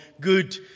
good